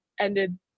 ended